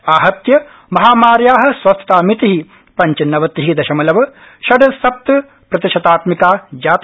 आहत्य महामार्या स्वस्थतामिति पंचनवति दशमलव षड्सप्त प्रतिशतात्मिका जाता